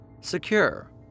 Secure